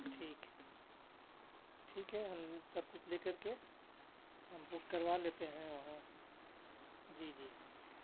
ٹھیک ٹھیک ہے ہم سب کچھ لے کر کے ہم بک کروا لیتے ہیں وہاں جی جی